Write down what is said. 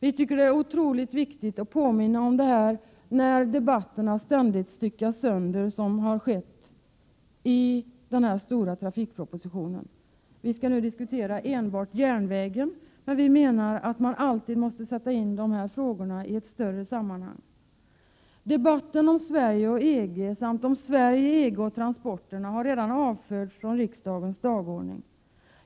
Vi tycker att det är otroligt viktigt att påminna om detta när debatterna ständigt styckas sönder, som har skett i debatten om den här stora trafikpropositionen. Vi skall nu diskutera enbart järnvägen. Men vi menar att man alltid måste sätta in de här frågorna i ett större sammanhang. Debatten om Sverige och EG samt om Sverige, EG och transporterna har redan avförts från riksdagens dagordning.